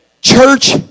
Church